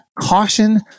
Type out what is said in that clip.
Caution